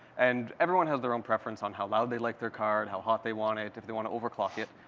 and everyone has their own preference on how loud they like their card, how hot they want it, if they want to overclock it,